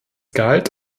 galt